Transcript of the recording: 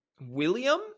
William